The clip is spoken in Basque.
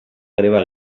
greba